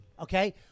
okay